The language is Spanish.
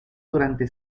durante